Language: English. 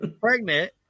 pregnant